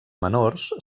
menors